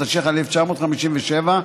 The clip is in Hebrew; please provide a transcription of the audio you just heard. התשי"ח 1957,